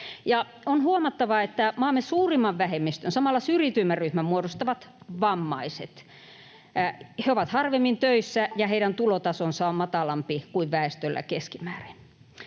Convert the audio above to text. On huomattava, että maamme suurimman vähemmistön ja samalla syrjityimmän ryhmän muodostavat vammaiset. He ovat harvemmin töissä, ja heidän tulotasonsa on matalampi kuin väestöllä keskimäärin.